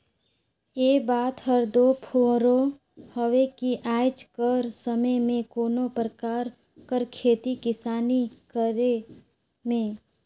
ए बात हर दो फुरों हवे कि आएज कर समे में कोनो परकार कर खेती किसानी करे में